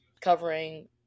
covering